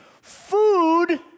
Food